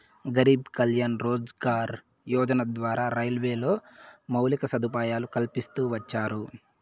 గరీబ్ కళ్యాణ్ రోజ్గార్ యోజన ద్వారా రైల్వేలో మౌలిక సదుపాయాలు కల్పిస్తూ వచ్చారు